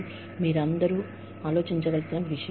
కాబట్టి ఇది మీరందరూ ఆలోచించవలసిన విషయం